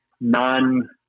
non